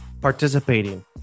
participating